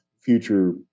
future